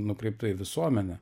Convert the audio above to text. nukreipta į visuomenę